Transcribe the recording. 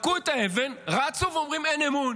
זרקו את האבן, רצו, ואומרים: אין אמון.